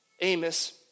Amos